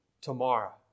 tomorrow